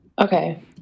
okay